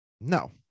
No